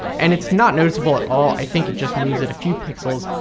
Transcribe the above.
and it's not noticeable at all, i think it just moves it a few pixels,